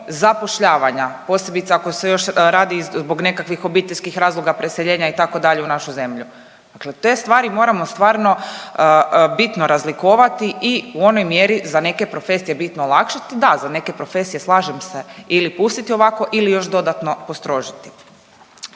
zapošljavanja posebice ako se još radi zbog nekakvih obiteljskih razloga preseljenja itd. u našu zemlju. Dakle, te stvari moramo stvarno bitno razlikovati i u onoj mjeri za neke profesije bitno olakšati. Da, za neke profesije slažem se ili pustiti ovako ili još dodatno postrožiti.